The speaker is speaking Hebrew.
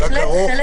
זה רק ארוך.